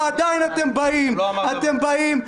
-- ועדיין אתם באים ואומרים.